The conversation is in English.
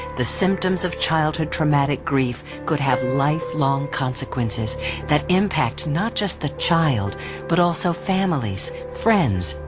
the symptoms of childhood traumatic grief could have lifelong consequences that impact not just the child but also families, friends,